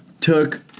took